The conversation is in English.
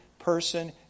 person